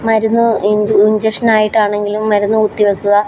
മരുന്ന് ഇഞ്ചക്ഷൻ ആയിട്ടാണെങ്കിലും മരുന്ന് കുത്തിവെക്കുക